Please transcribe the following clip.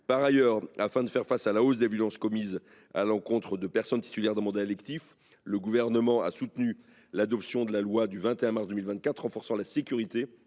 Par ailleurs, afin de faire face à la hausse des violences commises à l’encontre de personnes titulaires d’un mandat électif, le Gouvernement a soutenu l’adoption de la loi du 21 mars 2024 renforçant la sécurité